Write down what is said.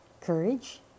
courage